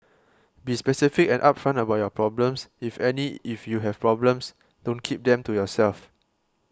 be specific and upfront about your problems if any If you have problems don't keep them to yourself